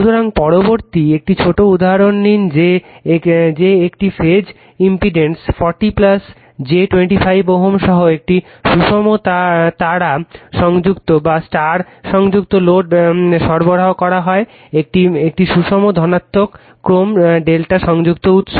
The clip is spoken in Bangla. সুতরাং পরবর্তী একটি ছোট উদাহরণ নিন যে একটি ফেজ ইম্পিডেন্স 40 j 25 Ω সহ একটি সুষম তারা সংযুক্ত লোড সরবরাহ করা হয় একটি সুষম ধনাত্মক ক্রম Δ সংযুক্ত উত্স